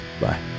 bye